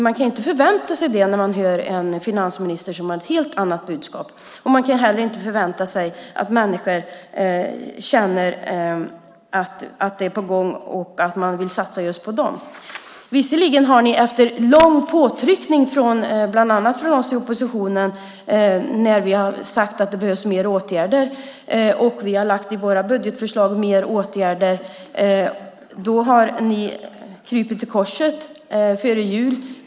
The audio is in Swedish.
Man kan inte förvänta sig det när man hör en finansminister som har ett helt annat budskap, och man kan inte heller förvänta sig att människor känner att något är på gång och att man vill satsa just på dem. Visserligen kröp ni till korset före jul, efter lång påtryckning från bland annat oss i oppositionen. Vi har sagt att det behövs mer åtgärder och vi har lagt mer åtgärder i våra budgetförslag.